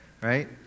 Right